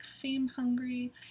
fame-hungry